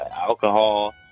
alcohol